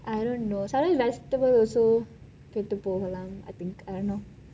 I don't know sometimes vegetables also கெட்டு போகலாம்:kettu pokalam I think I don't know